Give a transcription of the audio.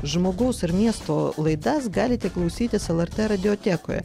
žmogaus ir miesto laidas galite klausytis lrt radiotekoje